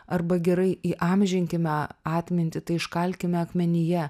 arba gerai įamžinkime atmintį tai iškalkime akmenyje